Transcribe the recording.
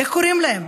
איך קוראים להם?